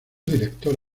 director